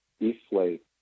deflate